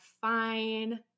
fine